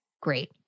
Great